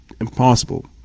impossible